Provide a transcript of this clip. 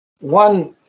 One